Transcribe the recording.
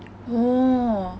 orh